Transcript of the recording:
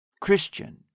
Christian